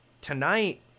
tonight